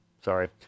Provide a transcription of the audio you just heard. sorry